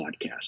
podcast